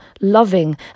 loving